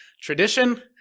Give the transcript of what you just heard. Tradition